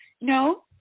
no